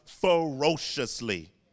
ferociously